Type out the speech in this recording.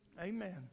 Amen